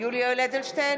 יולי יואל אדלשטיין,